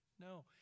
No